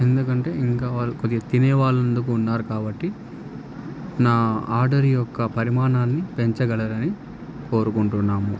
ఎందుకంటే ఇంకా వాళ్ళు కొద్దిగా తినే వాళ్ళందుకు ఉన్నారు కాబట్టి నా ఆర్డర్ యొక్క పరిమాణాన్ని పెంచగలరని కోరుకుంటున్నాము